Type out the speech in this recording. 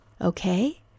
Okay